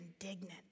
indignant